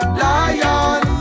lion